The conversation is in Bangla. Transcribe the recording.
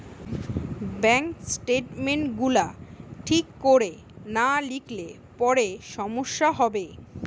ব্যাংক স্টেটমেন্ট গুলা ঠিক কোরে না লিখলে পরে সমস্যা হবে